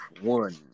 one